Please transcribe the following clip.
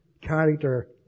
character